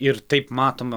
ir taip matoma